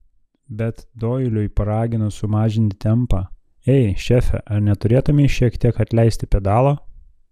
bet doiliui paraginus sumažinti tempą ei šefe ar neturėtumei šiek tiek atleisti pedalo